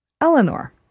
Eleanor